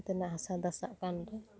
ᱚᱱᱛᱮᱱᱟᱜ ᱦᱟᱥᱟ ᱫᱟᱥᱟᱜ ᱠᱟᱱ ᱨᱮ